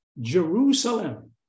Jerusalem